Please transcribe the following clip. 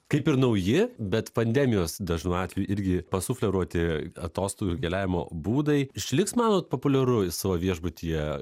kaip ir nauji bet pandemijos dažnu atveju irgi pasufleruoti atostogų keliavimo būdai išliks manot populiaru savo viešbutyje